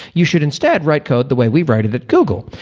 you should instead write code the way we write it at google.